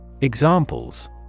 Examples